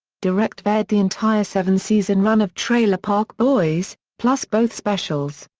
directv aired the entire seven-season run of trailer park boys, plus both specials.